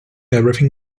everything